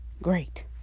Great